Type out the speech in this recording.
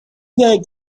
worked